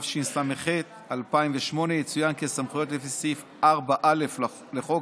התשס"ח 2008. יצוין כי הסמכויות לפי סעיף 4(א) לחוק